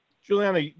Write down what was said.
Juliana